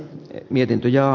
mietin ja